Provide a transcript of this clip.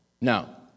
Now